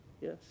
Yes